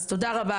אז תודה רבה